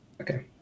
Okay